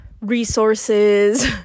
resources